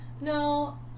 No